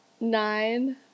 Nine